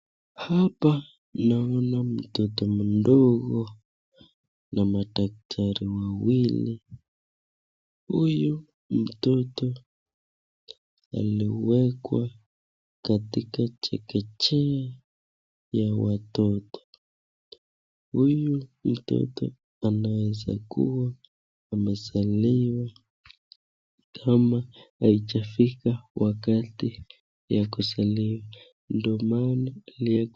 Hapa naona mtoto mdogo na madaktari wawili, huyu mtoto aliwekwa katika chekechea ya watoto. Huyu mtoto anaweza kuwa amezaliwa kama haijafika wakati ya kuzaliwa ndio maana akapelekwa.